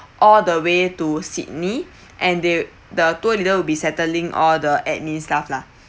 all the way to sydney and they the tour leader will be settling all the admin stuff lah